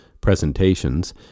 presentations